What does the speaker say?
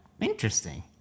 interesting